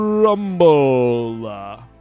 Rumble